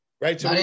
right